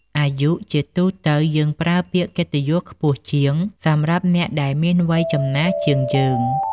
អាយុ ជាទូទៅ យើងប្រើពាក្យកិត្តិយសខ្ពស់ជាងសម្រាប់អ្នកដែលមានវ័យចំណាស់ជាងយើង។